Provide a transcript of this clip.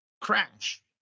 crash